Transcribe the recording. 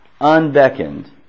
unbeckoned